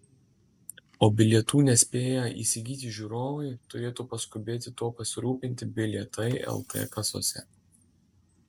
o bilietų nespėję įsigyti žiūrovai turėtų paskubėti tuo pasirūpinti bilietai lt kasose